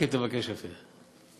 אם תבקש יפה.